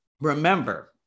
remember